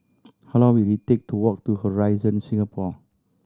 how long will it take to walk to Horizon Singapore